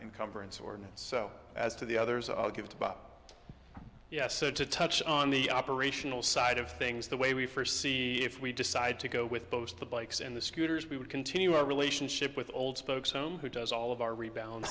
or so as to the others i'll give to bob yes so to touch on the operational side of things the way we first see if we decide to go with both the bikes and the scooters we would continue our relationship with old folks home who does all of our reb